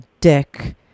dick